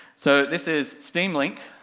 so, this is steam link,